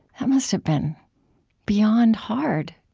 that must have been beyond hard.